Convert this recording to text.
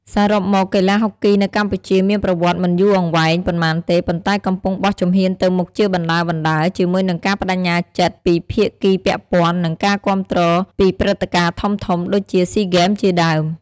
សរុបមក កីឡាហុកគីនៅកម្ពុជាមានប្រវត្តិមិនយូរអង្វែងប៉ុន្មានទេ ប៉ុន្តែកំពុងបោះជំហានទៅមុខជាបណ្ដើរៗ ជាមួយនឹងការប្ដេជ្ញាចិត្តពីភាគីពាក់ព័ន្ធ និងការគាំទ្រពីព្រឹត្តិការណ៍ធំៗដូចជាស៊ីហ្គេមជាដើម។